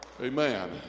Amen